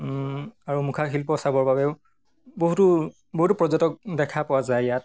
আৰু মুখা শিল্প চাবৰ বাবেও বহুতো বহুতো পৰ্যটক দেখা পোৱা যায় ইয়াত